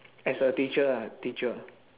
as a teacher lah teacher